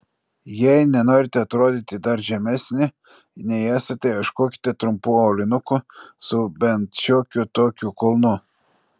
jei nenorite atrodyti dar žemesnė nei esate ieškokite trumpų aulinukų su bent šiokiu tokiu kulnu